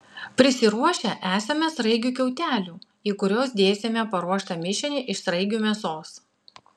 prisiruošę esame sraigių kiautelių į kuriuos dėsime paruoštą mišinį iš sraigių mėsos